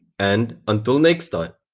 and, until next time.